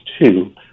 two